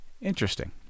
Interesting